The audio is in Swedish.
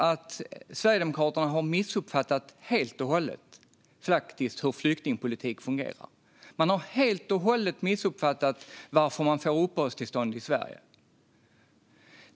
Men Sverigedemokraterna har helt missuppfattat hur flyktingpolitik fungerar och varför människor får uppehållstillstånd i Sverige.